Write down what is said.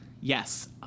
Yes